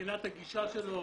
מבחינת הגישה שלו